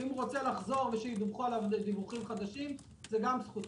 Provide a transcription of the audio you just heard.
ואם הוא רוצה לחזור ושידווחו עליו דיווחים חדשים זה גם זכותו.